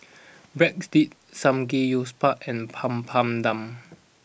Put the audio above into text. Breadsticks Samgeyopsal and Papadum